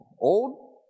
Old